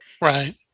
right